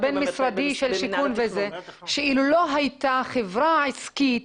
לא הייתה חברה עסקית